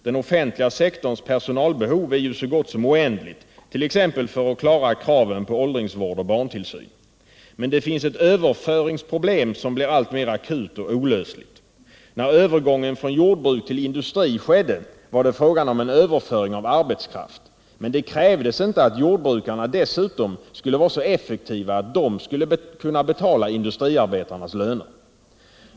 Den offentliga sektorns personalbehov är ju så gott som oändligt, t.ex. för att klara kraven på åldringsvård och barntillsyn. Men det finns ett överföringsproblem som blir alltmer akut och olösligt. När övergången från jordbruk till industri skedde var det fråga om en överföring av arbetskraft. Men det krävdes inte att jordbrukarna dessutom skulle vara så effektiva att de skulle kunna betala industriarbetarnas löner.